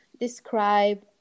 describe